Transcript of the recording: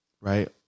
right